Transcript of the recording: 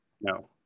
No